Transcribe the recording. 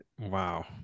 Wow